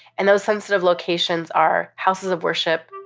and those sensitive locations are houses of worship,